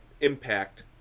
impact